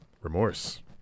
remorse